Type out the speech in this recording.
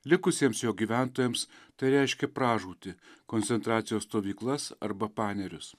likusiems jo gyventojams tai reiškė pražūtį koncentracijos stovyklas arba panerius